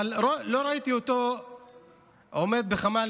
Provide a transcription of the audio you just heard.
אבל לא ראיתי אותו עומד בחמ"ל,